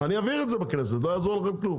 אני אעביר את זה בכנסת ולא יעזור לכם כלום,